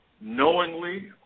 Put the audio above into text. knowingly